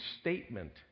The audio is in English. statement